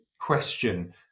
question